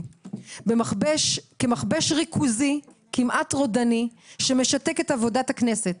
כמכבש ריכוזי כמעט רודני שמשתק את עבודת הכנסת.